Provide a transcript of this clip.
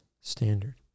standard